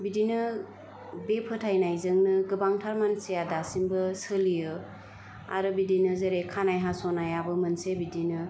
बिदिनो बे फोथायनायजोंनो गोबांथार मानसिया दासिमबो सोलियो आरो बिदिनो जोरै खानाइ हास'नायाबो मोनसे बिदिनो